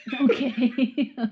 okay